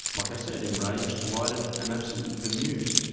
like i said enraged, delighted and absolutely bemused,